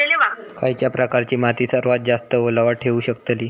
खयच्या प्रकारची माती सर्वात जास्त ओलावा ठेवू शकतली?